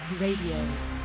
Radio